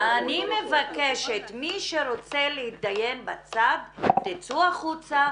אני מבקשת, מי שרוצה להתדיין בצד תצאו החוצה.